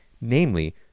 namely